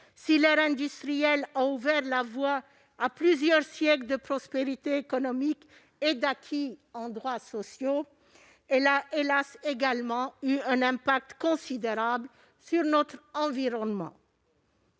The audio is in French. Si l'ère industrielle a ouvert la voie à plusieurs siècles de prospérité économique et de droits sociaux, elle a également, hélas, eu un impact considérable sur notre environnement,